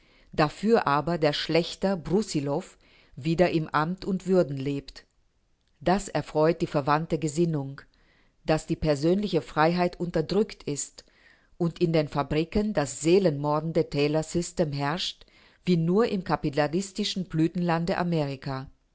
dafür aber der schlächter brussilow wieder in amt und würden lebt das erfreut die verwandte gesinnung daß die persönliche freiheit unterdrückt ist und in den fabriken das seelenmordende taylorsystem herrscht wie nur im kapitalistischen blütenlande amerika